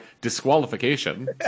disqualification